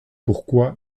pourquoi